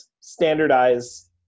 standardize